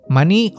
Money